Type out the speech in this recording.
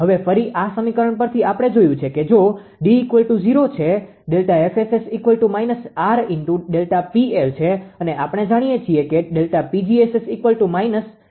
હવે ફરી આ સમીકરણ પરથી આપણે જોયું છે કે જો D0 છે Δ𝐹𝑆𝑆−𝑅ΔPL છે અને આપણે જાણીએ છીએ કે ΔPg𝑆𝑆−ΔFSS𝑅 છે